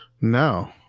No